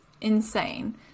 insane